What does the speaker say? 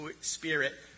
spirit